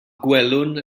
gwelwn